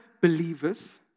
believers